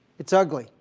it's ugly.